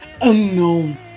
unknown